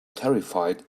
terrified